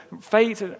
fate